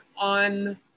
on